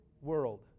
world